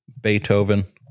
Beethoven